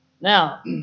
Now